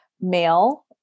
male